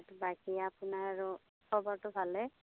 বাকী আপোনাৰ আৰু খবৰটো ভালেই